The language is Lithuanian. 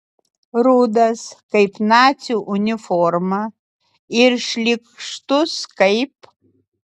rudas kaip nacių uniforma ir šlykštus kaip